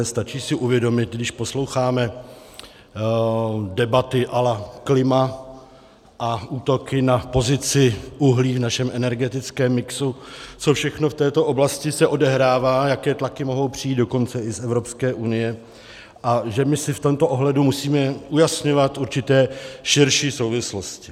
Stačí si uvědomit, když posloucháme debaty a la klima a útoky na pozici uhlí v našem energetickém mixu, co všechno se v této oblasti odehrává, jaké tlaky mohou přijít dokonce i z Evropské unie a že my si v tomto ohledu musíme vyjasňovat určité širší souvislosti.